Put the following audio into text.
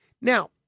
Now